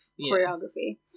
choreography